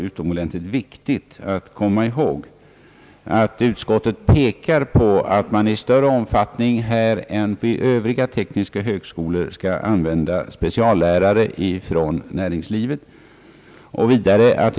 Utskottet framhåller att man i Linköping i större omfattning än vid övriga tekniska högskolor skall använda speciallärare från näringslivet.